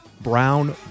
brown